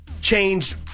Changed